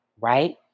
Right